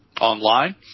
online